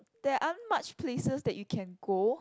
there aren't much places that you can go